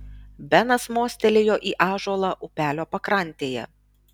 benas mostelėjo į ąžuolą upelio pakrantėje